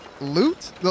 Loot